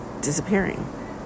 disappearing